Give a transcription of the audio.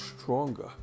stronger